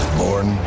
born